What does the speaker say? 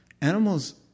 Animals